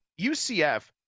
UCF